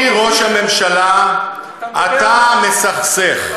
אדוני ראש הממשלה, אתה מסכסך.